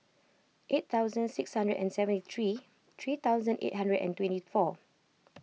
eight thousand six hundred and seventy three three thousand eight hundred and twenty four